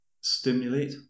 stimulate